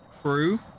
crew